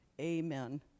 amen